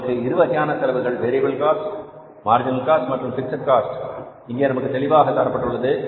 நமக்கு இருவகையான செலவுகள் வேரியபில் காஸ்ட் மார்ஜினல் காஸ்ட் மற்றும் பிக்ஸட் காஸ்ட் இங்கே நமக்கு தெளிவாக தரப்பட்டுள்ளது